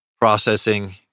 processing